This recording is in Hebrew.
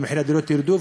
שמחירי הדירות ירדו,